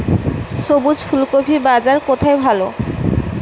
সবুজ ফুলকপির বাজার কোথায় ভালো?